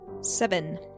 Seven